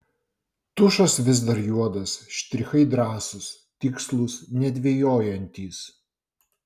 tušas vis dar juodas štrichai drąsūs tikslūs nedvejojantys